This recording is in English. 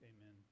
Amen